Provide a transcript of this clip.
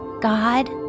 God